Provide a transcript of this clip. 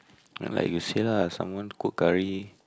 and like you say lah someone cook curry